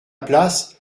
place